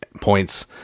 points